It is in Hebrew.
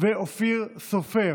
ואופיר סופר